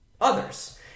Others